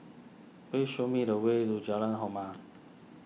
please show me the way to Jalan Hormat